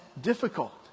difficult